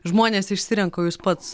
žmonės išsirenka o jūs pats